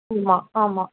ம்மா ஆமாம்